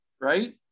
right